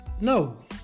No